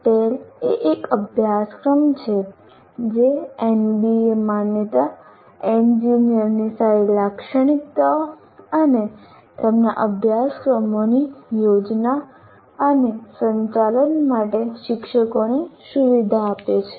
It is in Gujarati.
ટેલ એ એક અભ્યાસક્રમ છે જે NBA માન્યતા એન્જિનિયરની સારી લાક્ષણિકતાઓ અને તેમના અભ્યાસક્રમોની યોજના અને સંચાલન માટે શિક્ષકોને સુવિધા આપે છે